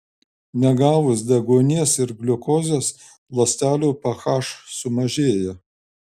negavus deguonies ir gliukozės ląstelių ph sumažėja